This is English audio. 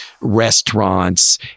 restaurants